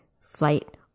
flight